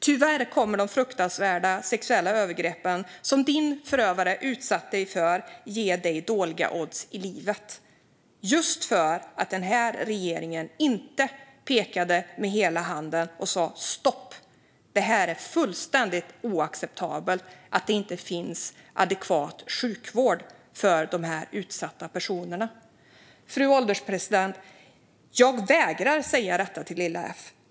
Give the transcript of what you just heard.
Tyvärr kommer de fruktansvärda sexuella övergrepp som din förövare utsatt dig för att ge dig dåliga odds i livet, just för att den här regeringen inte pekade med hela handen och sa stopp - det är fullständigt oacceptabelt att det inte finns adekvat sjukvård för dessa utsatta personer. Fru ålderspresident! Jag vägrar säga detta till "Lilla F".